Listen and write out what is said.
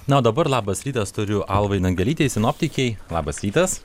na o dabar labas rytas tariu alvai nagelytei sinoptikei labas rytas